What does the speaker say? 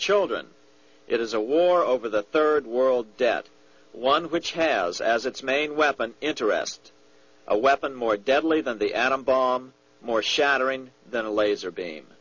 children it is a war over the third world debt one which has as its main weapon interest a weapon more deadly than the atom bomb more shattering than a laser beam